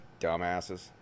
dumbasses